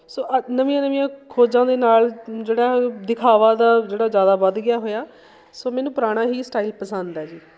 ਸੋ ਨਵੀਆਂ ਨਵੀਆਂ ਖੋਜਾਂ ਦੇ ਨਾਲ਼ ਜਿਹੜਾ ਦਿਖਾਵਾ ਦਾ ਜਿਹੜਾ ਜ਼ਿਆਦਾ ਵੱਧ ਗਿਆ ਹੋਇਆ ਸੋ ਮੈਨੂੰ ਪੁਰਾਣਾ ਹੀ ਸਟਾਈਲ ਪਸੰਦ ਹੈ ਜੀ